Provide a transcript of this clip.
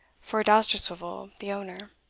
for dousterswivel, the owner.